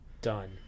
done